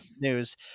news